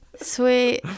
Sweet